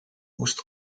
moest